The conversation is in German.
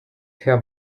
herr